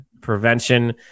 Prevention